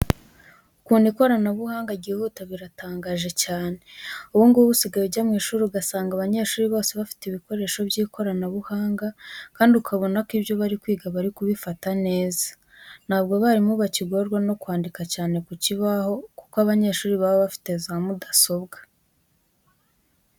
Ukuntu ikoranabuhanga ryihuta biratangaje cyane. Ubu ngubu usigaye ujya mu ishuri ugasanga abanyeshuri bose bafite ibikoresho by'ikoranabuhanga kandi ukabona ko ibyo bari kwiga bari kubifata neza. Ntabwo abarimu bakigorwa no kwandika cyane ku bibaho kuko abanyeshuri baba bafite za mudasobwa.